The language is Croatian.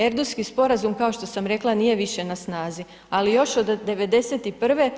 Erdutski sporazum kao što sam rekla, nije više na snazi ali još od '91.